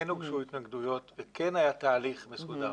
כן הוגשו התנגדויות וכן היה תהליך מסודר.